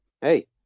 hey